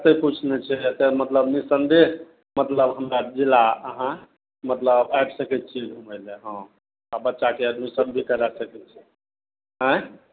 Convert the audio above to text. एतए किछु नहि छै एतए मतलब निस्सन्देह मतलब हमरा जिला अहाँ मतलब आबि सकै छिए घुमै ले हँ आओर बच्चाके एडमिशन भी करै सकै छी आँए